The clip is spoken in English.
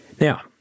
Now